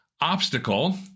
obstacle